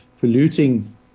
polluting